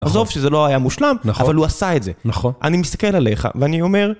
עזוב שזה לא היה מושלם, אבל הוא עשה את זה. נכון. אני מסתכל עליך, ואני אומר...